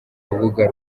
rubuga